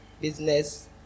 business